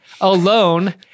alone